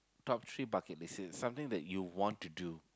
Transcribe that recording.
top three bucket list is something that you want to do